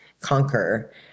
conquer